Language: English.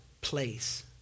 place